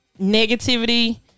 Negativity